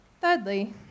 Thirdly